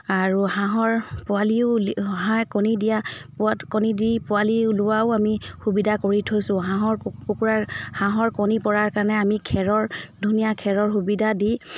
আৰু হাঁহৰ পোৱালিও হাঁহে কণী দিয়া পোৱাত কণী দি পোৱালি ওলোৱাও আমি সুবিধা কৰি থৈছোঁ হাঁহৰ কুকুৰাৰ হাঁহৰ কণী পৰাৰ কাৰণে আমি খেৰৰ ধুনীয়া খেৰৰ সুবিধা দি